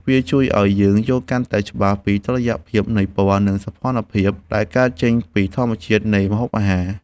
វាជួយឱ្យយើងយល់កាន់តែច្បាស់ពីតុល្យភាពនៃពណ៌ និងសោភ័ណភាពដែលកើតចេញពីធម្មជាតិនៃម្ហូបអាហារ។